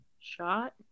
Shot